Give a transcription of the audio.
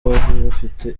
bafite